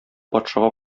патшага